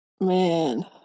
man